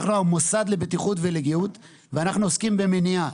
אנחנו המוסד לבטיחות ולגיהות ואנחנו עוסקים במניעה.